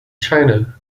china